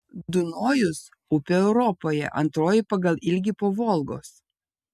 dunojus upė europoje antroji pagal ilgį po volgos